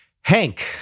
Hank